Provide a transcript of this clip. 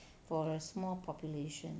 for a small population